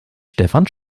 stefan